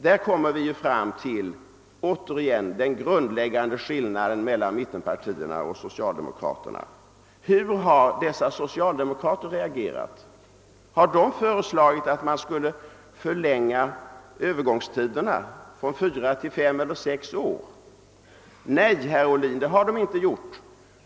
Där kommer vi återigen fram till den grundläggande skillnaden mellan mittenpartierna och <socialdemokraterna. Hur har dessa socialdemokrater reagerat? Har de föreslagit att man skulle förlänga övergångstiderna från fyra till fem eller sex år? Nej, herr Ohlin, det har de inte gjort.